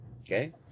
Okay